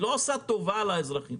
היא לא עושה טובה לאזרחים,